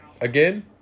Again